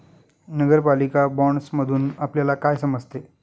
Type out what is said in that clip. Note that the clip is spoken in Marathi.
नगरपालिका बाँडसमधुन आपल्याला काय समजते?